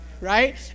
Right